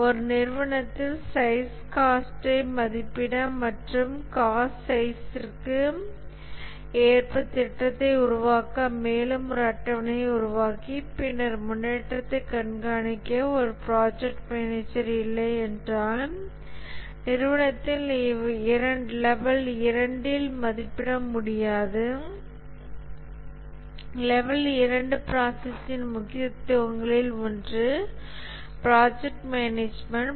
ஒரு நிறுவனத்தில் சைஸ் காஸ்ட்டை மதிப்பிட மற்றும் காஸ்ட் சைஸ்ஸிற்கு ஏற்ப திட்டத்தை உருவாக்க மேலும் ஒரு அட்டவணையை உருவாக்கி பின்னர் முன்னேற்றத்தைக் கண்காணிக்க ஒரு ப்ராஜெக்ட் மேனேஜர் இல்லையென்றால் நிறுவனத்தின் லெவல் 2 ல் மதிப்பிட முடியாது லெவல் 2 ப்ராசஸ்ன் முக்கியத்துவங்களில் ஒன்று ப்ராஜெக்ட் மேனேஜ்மென்ட்